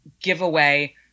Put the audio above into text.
giveaway